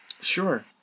Sure